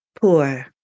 poor